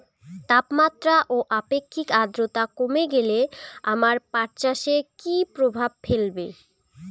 তাপমাত্রা ও আপেক্ষিক আদ্রর্তা কমে গেলে আমার পাট চাষে কী প্রভাব ফেলবে?